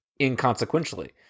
inconsequentially